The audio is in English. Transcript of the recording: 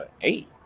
eight